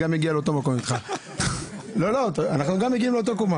אנחנו מגיעים לאותה קומה.